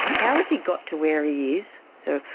how has he got to where he is, so